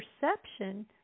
perception